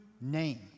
name